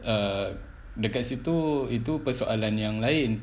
err dekat situ itu persoalan yang lain